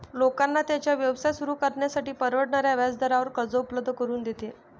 लोकांना त्यांचा व्यवसाय सुरू करण्यासाठी परवडणाऱ्या व्याजदरावर कर्ज उपलब्ध करून देते